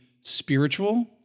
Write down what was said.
spiritual